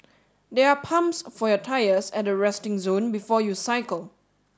there are pumps for your tyres at the resting zone before you cycle